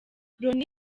loni